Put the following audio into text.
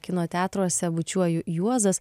kino teatruose bučiuoju juozas